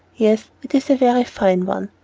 yes, it is a very fine one,